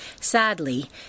...sadly